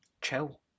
chill